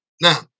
Now